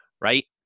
right